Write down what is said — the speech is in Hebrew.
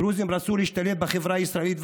הדרוזים רצו להשתלב בחברה הישראלית,